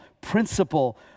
principle